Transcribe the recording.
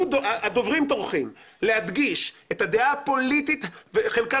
הדוברים טורחים להדגיש את הדעה הפוליטית וחלקם